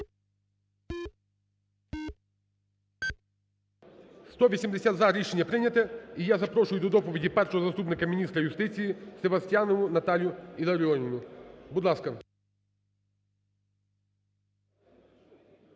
За-180 Рішення прийнято. І я запрошую до доповіді першого заступника міністра юстиції Севастьянову Наталію Іларіонівну. Будь ласка.